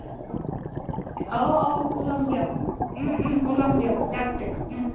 অঁ অঁ ওলাম দিয়ক ওলাম দিয়ক তে